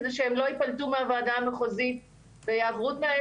על מנת שהם לא יפלטו מהוועדה המחוזית ויעברו תנאי